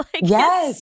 Yes